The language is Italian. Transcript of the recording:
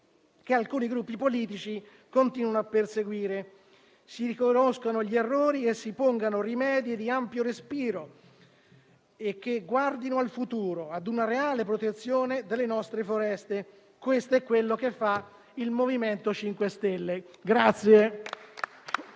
che alcuni Gruppi politici continuano a perseguire. Si riconoscano gli errori e si pongano rimedi di ampio respiro che guardino al futuro, ad una reale protezione dalle nostre foreste. Questo è quanto fa il MoVimento 5 Stelle.